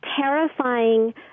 terrifying